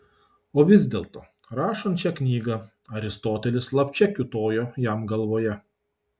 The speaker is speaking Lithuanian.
o vis dėlto rašant šią knygą aristotelis slapčia kiūtojo jam galvoje